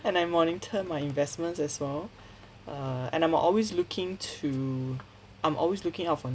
and I monitor my investments as well err and I'm always looking to I'm always looking out for